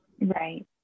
right